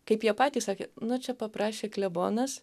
kaip jie patys sakė nu čia paprašė klebonas